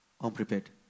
unprepared